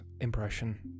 impression